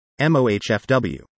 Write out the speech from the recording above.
MOHFW